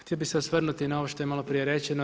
Htio bih se osvrnuti na ovo što je malo prije rečeno.